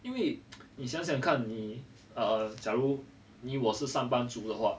因为 你想想看你 err 假如你我是上班族的话